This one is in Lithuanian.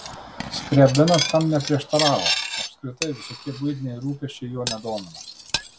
skriabinas tam neprieštaravo apskritai visokie buitiniai rūpesčiai jo nedomino